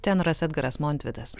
tenoras edgaras montvidas